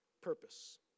purpose